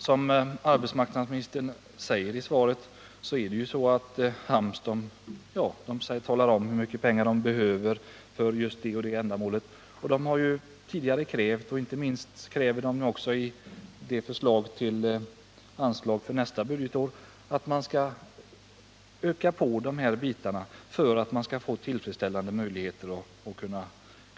Som arbetsmarknadsministern säger i sitt svar skall AMS ange hur mycket pengar arbetsmarknadsverket behöver för sin verksamhet, och myndigheten har också tidigare krävt och begär inte minst i sin anslagsframställning för nästa budgetår en ökning av medlen för de här aktuella ändamålen för att få tillfredsställande möjligheter att arbeta.